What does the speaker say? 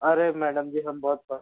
अरे मैडम जी हम बहुत